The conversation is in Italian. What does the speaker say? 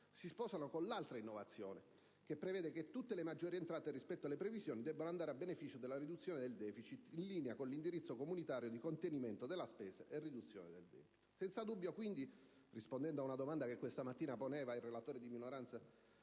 si sposano con l'altra innovazione che prevede che tutte le maggiori entrate, rispetto alle previsioni, debbano andare a beneficio della riduzione del deficit*,* in linea con l'indirizzo comunitario di contenimento della spesa e riduzione del debito. Senza dubbio, quindi, rispondendo alla domanda posta questa mattina dal relatore di minoranza,